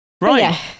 Right